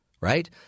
right